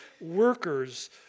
workers